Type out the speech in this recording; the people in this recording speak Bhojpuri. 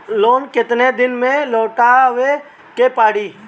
लोन केतना दिन में लौटावे के पड़ी?